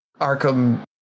Arkham